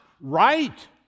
right